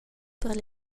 per